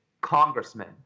congressman